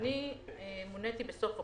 ואני מוניתי בסוף אוקטובר.